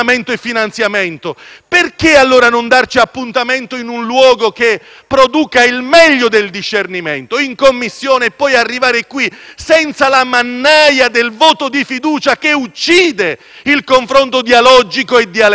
Perché allora non darci appuntamento in un luogo che produca il meglio del discernimento, in Commissione, e poi arrivare qui senza la mannaia del voto di fiducia che uccide il confronto dialogico e dialettico. Perché?